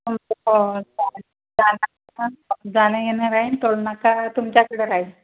हो जाणं येणं राहील टोलनाका तुमच्याकडं राहील